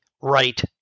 right